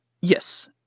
Yes